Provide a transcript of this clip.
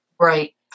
Right